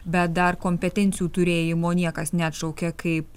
bet dar kompetencijų turėjimo niekas neatšaukė kaip